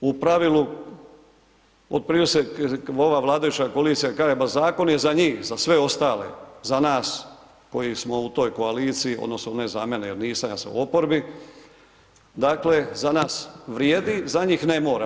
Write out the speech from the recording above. U pravilu ... ova vladajuća koalicija kaže pa zakon je za njih, za sve ostale, za nas koji smo u toj koaliciji odnosno ne za mene jer nisam, ja sam u oporbi, dakle za nas vrijedi, za njih ne mora.